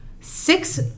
six